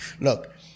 Look